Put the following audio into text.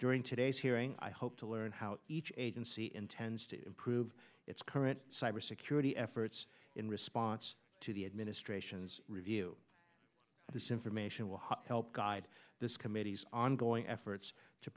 today's hearing i hope to learn how each agency intends to improve its current cyber security efforts in response to the administration's review of this information will help guide this committee's ongoing efforts to